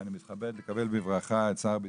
אני מתכבד לקבל בברכה את שר הביטחון,